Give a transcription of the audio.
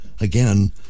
again